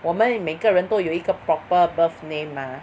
我们每个人都有一个 proper birth name mah